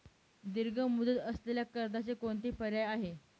दीर्घ मुदत असलेल्या कर्जाचे कोणते पर्याय आहे?